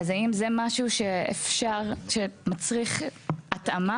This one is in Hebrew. אז האם זה משהו שמצריך התאמה,